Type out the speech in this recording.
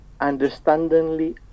understandingly